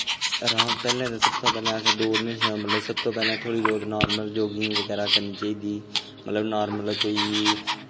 पैह्ले ते असें दौड़ने शा मतलब सबतो पैह्ले थोह्ड़ी बौह्त नार्मल योगिंग करनी चाहिदी मतलब नार्मल कोई